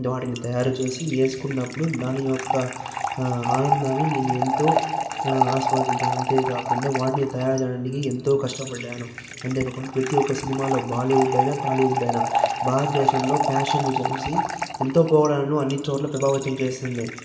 వాటిని తయారు చేసి ఎసుకున్నప్పుడు దాని యొక్క ఆనందాన్ని నేను ఎంతో ఆస్వాదించడానికి అంతేకాకుండా వాటిని తయారు చేయడానికి ఎంతో కష్టపడ్డాను అంతే గాకుండా ప్రతీ ఒక సినిమాలో బాలీవుడ్ అయినా టాలీవుడ్ అయినా భారతదేశంలో ఫ్యాషన్ ను చూసి ఎంతో పోకడాలను అన్ని చోట్ల ప్రభావితం చేసింది